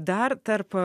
dar tarp